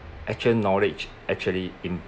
actual knowledge actually